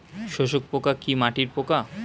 শোষক পোকা কি মাটির পোকা?